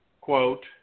quote